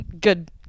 Good